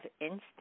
instinct